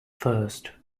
first